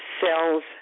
cells